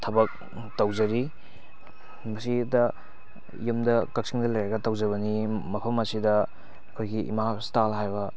ꯊꯕꯛ ꯇꯧꯖꯔꯤ ꯃꯁꯤꯗ ꯌꯨꯝꯗ ꯀꯛꯆꯤꯡꯗ ꯂꯩꯔꯒ ꯇꯧꯖꯕꯅꯤ ꯃꯐꯝ ꯑꯁꯤꯗ ꯑꯩꯈꯣꯏꯒꯤ ꯏꯃꯥ ꯍꯣꯁꯄꯤꯇꯥꯜ ꯍꯥꯏꯕ